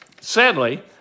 Sadly